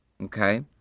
Okay